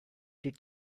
did